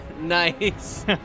Nice